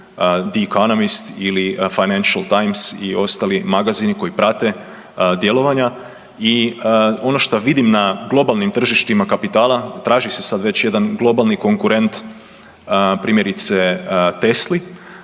The Economist ili Financial Times i ostali magazini koji prate djelovanja. I ono što vidim na globalnim tržištima kapitala traži se sad već jedan globalni konkurent primjerice Tesli,